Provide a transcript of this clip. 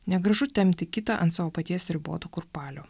negražu tempti kitą ant savo paties riboto kurpalio